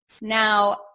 Now